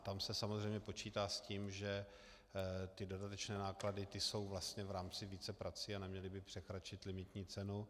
Tam se samozřejmě počítá s tím, že ty dodatečné náklady, ty jsou vlastně v rámci víceprací a neměly by překročit limitní cenu.